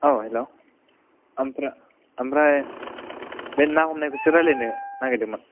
औ हेल' ओमफ्राय बे ना हमनायखौसो रायज्लायनो नागिरदोंमोन